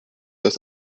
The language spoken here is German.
das